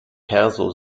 perso